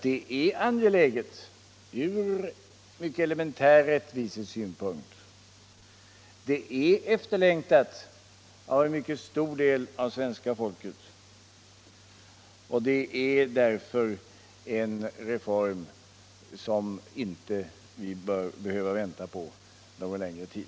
Det är angeläget ur mycket elementär rättvisesynpunkt, det är efterlängtat av en mycket stor del av svenska folket, och det är därför en reform som vi inte bör behöva vänta på någon längre tid.